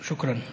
שוכרן.